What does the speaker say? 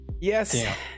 Yes